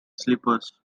sleepers